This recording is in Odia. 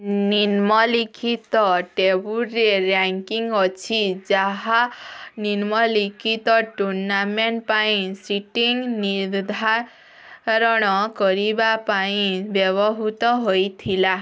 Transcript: ନିମ୍ନଲିଖିତ ଟେବୁଲରେ ରାକିଙ୍ଗ୍ ଅଛି ଯାହା ନିମ୍ନଲିଖିତ ଟୁର୍ଣ୍ଣାମେଣ୍ଟ ପାଇଁ ସିଟିଙ୍ଗ୍ ନିର୍ଦ୍ଧାରଣ କରିବା ପାଇଁ ବ୍ୟବହୃତ ହେଇଥିଲା